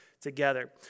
together